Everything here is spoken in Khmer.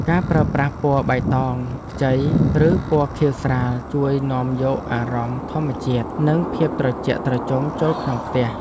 ការប្រើប្រាស់ពណ៌បៃតងខ្ចីឬពណ៌ខៀវស្រាលជួយនាំយកអារម្មណ៍ធម្មជាតិនិងភាពត្រជាក់ត្រជុំចូលក្នុងផ្ទះ។